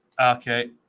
Okay